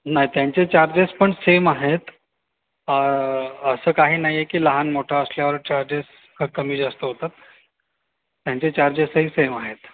नाही त्यांचे चार्जेस पण सेम आहेत असं काही नाही आहे की लहान मोठं असल्यावर चार्जेस क कमी जास्त होतात त्यांचे चार्जेसही सेम आहेत